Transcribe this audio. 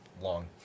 long